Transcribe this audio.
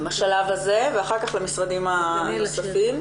בשלב הזה, ואחר כך למשרדים הנוספים.